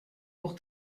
pour